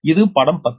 இது படம் 10